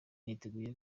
niteguye